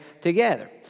together